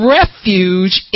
refuge